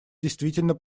действительно